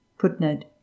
Footnote